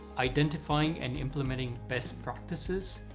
identifying and implementing best practices,